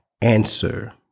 answer